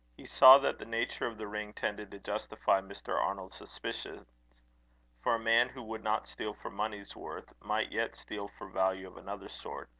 he saw that the nature of the ring tended to justify mr. arnold's suspicions for a man who would not steal for money's worth, might yet steal for value of another sort,